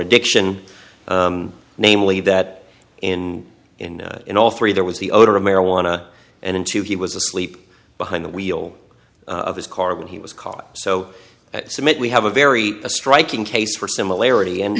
addiction namely that in in in all three there was the odor of marijuana and in to he was asleep behind the wheel of his car when he was caught so we have a very striking case for similarity and